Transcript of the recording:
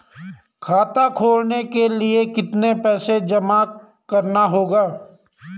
खाता खोलने के लिये कितना पैसा जमा करना होगा?